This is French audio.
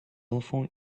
enfants